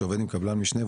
שעובד עם קבלן משנה,